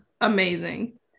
amazing